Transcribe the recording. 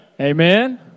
Amen